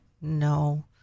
No